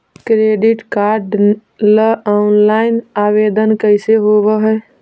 Credit card ल online आवेदन कैसे होब है?